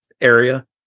area